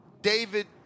David